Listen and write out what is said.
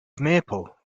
maple